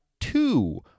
two